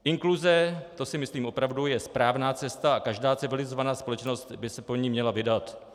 Inkluze to si myslím opravdu je správná cesta a každá civilizovaná společnost by se po ní měla vydat.